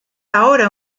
ahora